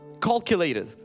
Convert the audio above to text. calculated